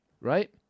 right